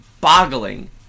boggling